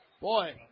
Boy